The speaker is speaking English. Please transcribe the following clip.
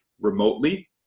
remotely